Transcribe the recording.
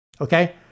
okay